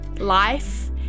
life